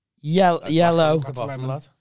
Yellow